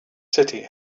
city